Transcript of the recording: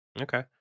Okay